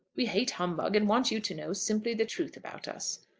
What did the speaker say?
we hate humbug, and want you to know simply the truth about us.